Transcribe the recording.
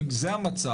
אם זה המצב,